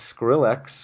Skrillex